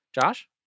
Josh